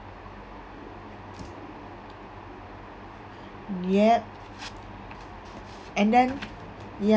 yup and then ya